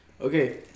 Okay